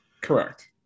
Correct